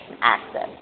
access